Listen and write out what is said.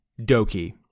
Doki